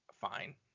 fine